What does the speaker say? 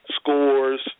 scores